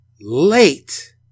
late